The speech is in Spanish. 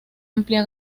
amplia